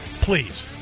please